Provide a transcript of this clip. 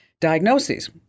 diagnoses